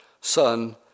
Son